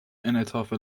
انعطاف